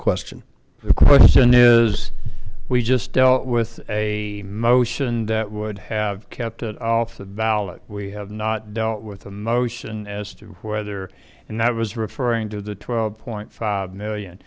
question the question is we just dealt with a motion that would have kept it off the ballot we have not dealt with a motion as to whether and i was referring to the twelve point five million